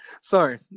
Sorry